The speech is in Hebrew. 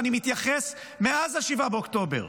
ואני מתייחס מאז 7 באוקטובר,